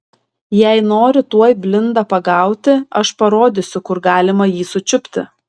jei nori tuoj blindą pagauti aš parodysiu kur galima jį sučiupti